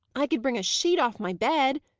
i could bring a sheet off my bed,